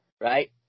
right